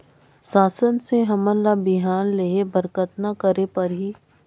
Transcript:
शासन से हमन ला बिहान लेहे बर कतना करे परही?